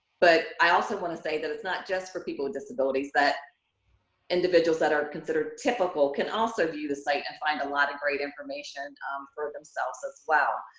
but i also want to say that it's not just for people with disabilities, that individuals that are considered typical can also view the site and find a lot of great information um for themselves as well.